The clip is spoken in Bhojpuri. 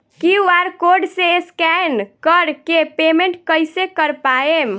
क्यू.आर कोड से स्कैन कर के पेमेंट कइसे कर पाएम?